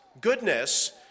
goodness